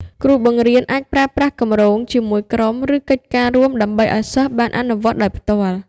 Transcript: គ្រូបង្រៀនអាចប្រើប្រាស់គម្រោងជាក្រុម ឬកិច្ចការរួមដើម្បីឱ្យសិស្សបានអនុវត្តដោយផ្ទាល់។